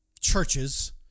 churches